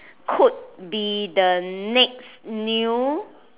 could be the next new